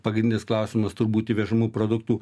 pagrindinis klausimas turbūt įvežamų produktų